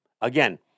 Again